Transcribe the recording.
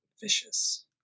Vicious